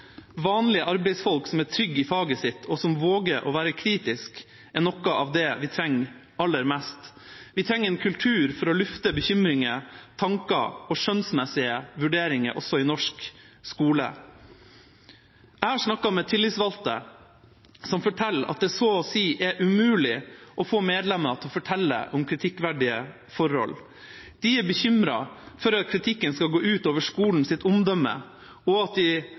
arbeidsfolk som er trygge i faget sitt, og som våger å være kritiske, er noe av det vi trenger aller mest.» Vi trenger en kultur for å lufte bekymringer, tanker og skjønnsmessige vurderinger også i norsk skole. Jeg har snakket med tillitsvalgte som forteller at det så å si er umulig å få medlemmer til å fortelle om kritikkverdige forhold. De er bekymret for at kritikken skal gå ut over skolens omdømme, og at de